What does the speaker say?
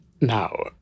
now